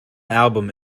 album